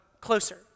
closer